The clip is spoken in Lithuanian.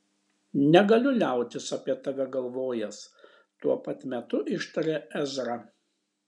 negaliu liautis apie tave galvojęs tuo pat metu ištarė ezra